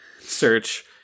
Search